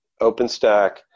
OpenStack